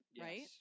right